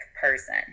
person